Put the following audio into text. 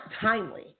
timely